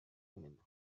umiem